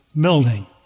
building